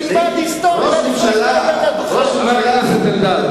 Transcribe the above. חבר הכנסת אלדד.